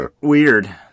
weird